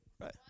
Right